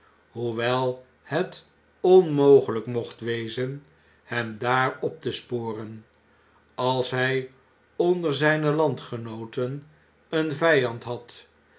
hoewel het onmogelijk mocht wezen hem daar op te sporen als hij onder zijne landgenooten een vijand had